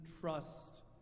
trust